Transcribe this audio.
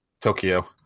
Tokyo